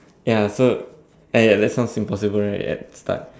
ya so ya ya that sounds impossible right at the start